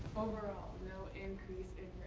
overall, no increase